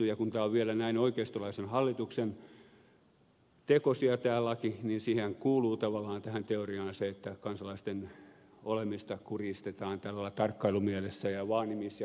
kun tämä laki on vielä näin oikeistolaisen hallituksen tekosia niin tähän teoriaanhan kuuluu tavallaan se että kansalaisten olemista kurjistetaan tällä lailla tarkkailumielessä ja vaanimis ja vahtimismielessä